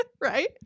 Right